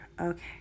okay